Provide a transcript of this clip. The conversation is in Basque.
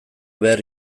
behar